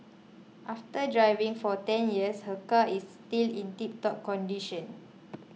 after driving for ten years her car is still in tiptop condition